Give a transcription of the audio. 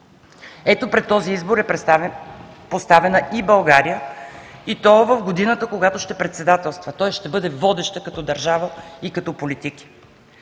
Ето пред този избор е поставена и България, и то в годината, когато ще председателства, тоест ще бъде водеща като държава и като политики.